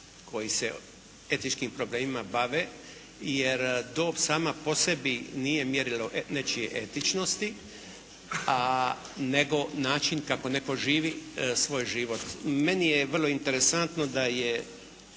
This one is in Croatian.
koji se etičkim problemima bave. Jer dob sama po sebi nije mjerilo nečije etičnosti, nego način kako netko živi svoj život. Meni je vrlo interesantno da je